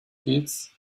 kids